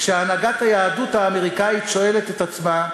כשהנהגת היהדות האמריקנית שואלת את עצמה: